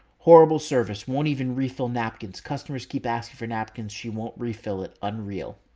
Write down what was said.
horrible service won't even refill napkins. customers keep asking for napkins. she won't refill it. unreal.